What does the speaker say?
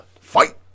Fight